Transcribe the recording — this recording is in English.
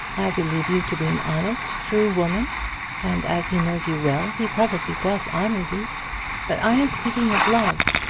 i believe you to be an honest, true woman and, as he knows you well, he probably does honour you but i am speaking of love.